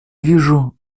вижу